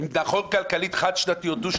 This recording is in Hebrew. אם זה חד-שנתי או דו-שנתי,